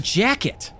jacket